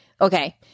Okay